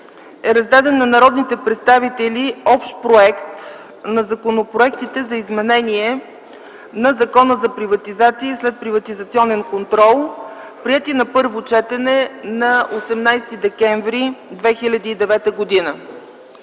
е раздаден на народните представители общ проект на законопроектите за изменение на Закона за приватизация и следприватизационен контрол, приети на първо четене на 18 декември 2009 г.